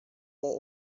may